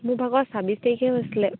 মোৰ ভাগৰ ছাব্বিছ তাৰিখে হৈছিলে